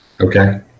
Okay